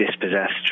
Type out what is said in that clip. dispossessed